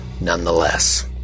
nonetheless